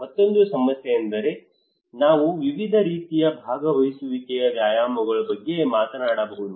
ಮತ್ತೊಂದು ಸಮಸ್ಯೆ ಏನೆಂದರೆ ನಾವು ವಿವಿಧ ರೀತಿಯ ಭಾಗವಹಿಸುವಿಕೆಯ ವ್ಯಾಯಾಮಗಳ ಬಗ್ಗೆ ಮಾತನಾಡಬಹುದು